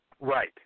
Right